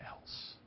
else